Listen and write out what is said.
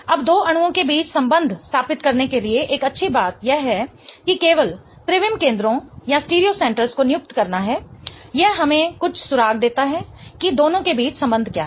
अब दो अणुओं के बीच संबंध स्थापित करने के लिए एक अच्छी बात यह है कि केवल त्रिविम केंद्रों को नियुक्त करना है यह हमें कुछ सुराग देता है कि दोनों के बीच संबंध क्या है